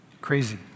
Crazy